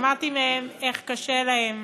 שמעתי מהם איך קשה להם